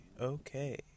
okay